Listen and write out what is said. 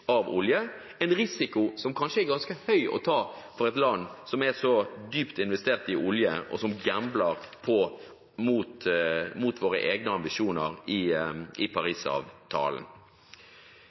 av olje, en risiko som kanskje er ganske høy å ta for et land som er så dypt investert i olje, og som gambler med våre egne ambisjoner i Paris-avtalen. Min konklusjon er i